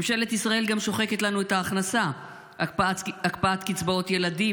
ממשלת ישראל גם שוחקת לנו את ההכנסה: הקפאת קצבאות ילדים,